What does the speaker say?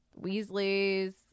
Weasleys